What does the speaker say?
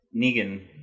negan